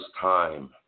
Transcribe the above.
time